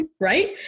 Right